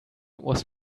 was